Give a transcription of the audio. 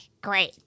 great